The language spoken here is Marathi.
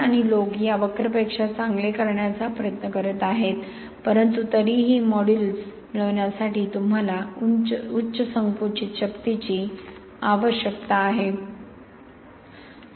मन आणि लोक या वक्रपेक्षा चांगले करण्याचा प्रयत्न करीत आहेत परंतु तरीही ते मॉड्यूलस मिळविण्यासाठी तुम्हाला उच्च संकुचित शक्तीची आवश्यकता आहे